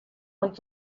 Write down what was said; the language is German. und